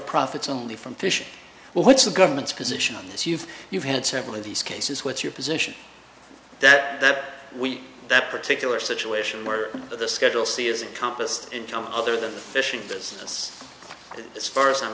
profits only from fish well what's the government's position on this you've you've had several of these cases what's your position that we that particular situation where the schedule c is compassed income other than fishing business as far as i'm